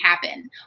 happen